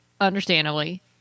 understandably